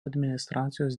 administracijos